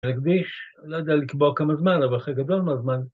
להקדיש, לא יודע לקבוע כמה זמן, אבל חלק גדול מהזמן.